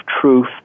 truth